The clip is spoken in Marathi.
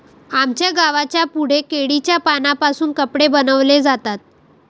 आमच्या गावाच्या पुढे केळीच्या पानांपासून कपडे बनवले जातात